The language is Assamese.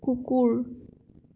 কুকুৰ